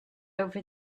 over